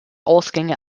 ausgänge